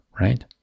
right